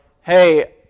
hey